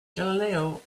galileo